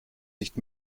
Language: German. nicht